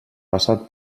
passat